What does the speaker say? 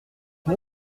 une